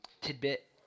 tidbit